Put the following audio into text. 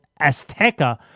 azteca